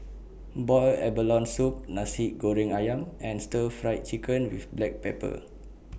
boiled abalone Soup Nasi Goreng Ayam and Stir Fried Chicken with Black Pepper